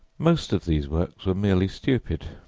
most of these books were merely stupid,